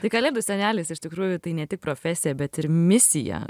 tai kalėdų senelis iš tikrųjų tai ne tik profesija bet ir misija